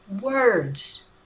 words